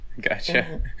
gotcha